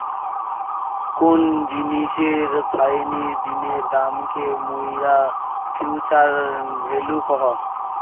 কোন জিনিসের ফাইনি দিনের দামকে মুইরা ফিউচার ভ্যালু কহু